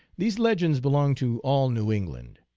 these legends belong to all new england.